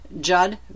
Judd